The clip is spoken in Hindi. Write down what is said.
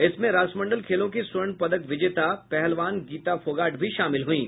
इसमें राष्ट्रमंडल खेलों की स्वर्ण पदक विजेता पहलवान गीता फोगाट भी शामिल हुईं